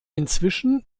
inzwischen